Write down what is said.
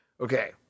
Okay